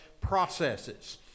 processes